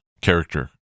character